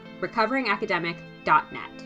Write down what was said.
recoveringacademic.net